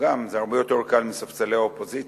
גם זה הרבה יותר קל מספסלי האופוזיציה.